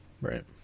Right